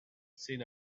sit